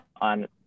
on